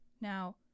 Now